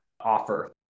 offer